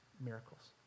miracles